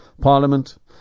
Parliament